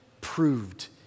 proved